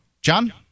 John